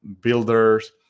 builders